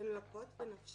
הן לוקות בנפשן?